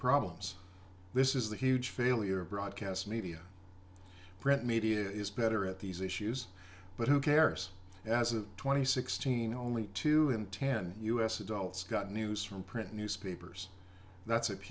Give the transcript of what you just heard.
problems this is the huge failure of broadcast media print media is better at these issues but who cares as of twenty sixteen only two in ten us adults got news from print newspapers that's